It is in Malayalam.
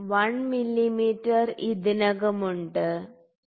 1 മില്ലീമീറ്റർ ഇതിനകം ഉണ്ട് ശരി